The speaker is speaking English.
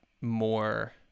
more